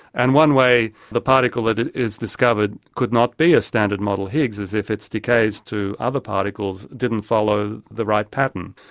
and one way the particle that is discovered could not be a standard model higgs is if its decays to other particles didn't follow the right pattern.